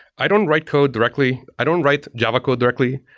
i don't write code directly. i don't write java code directly.